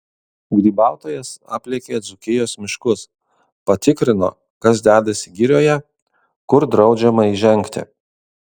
grybautojas aplėkė dzūkijos miškus patikrino kas dedasi girioje kur draudžiama įžengti